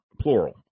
Plural